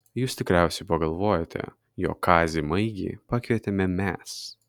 jūs tikriausiai pagalvojote jog kazį maigį pakvietėme mes